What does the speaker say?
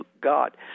God